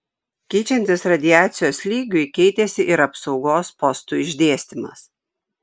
keičiantis radiacijos lygiui keitėsi ir apsaugos postų išdėstymas